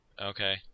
Okay